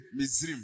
Mizrim